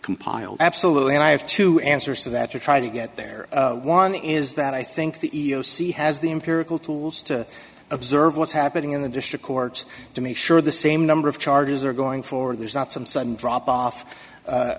compiled absolutely and i have two answers to that to try to get there one is that i think the e e o c has the empirical tools to observe what's happening in the district courts to make sure the same number of charges are going forward there's not some sudden drop off